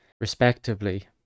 respectively